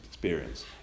Experience